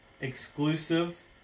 exclusive